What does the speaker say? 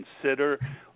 consider